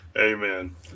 amen